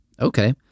Okay